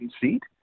seat